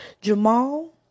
Jamal